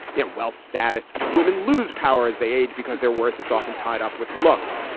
yet wealth status women lose power as they age because their worth is often tied up with looks.